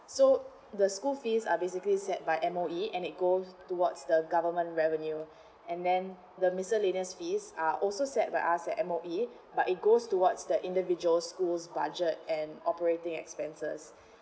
so the school fees are basically set by M_O_E and then go towards the government revenue and then the miscellaneous fees are also set by us at M_O_E but it goes towards the individual schools' budget and operating expenses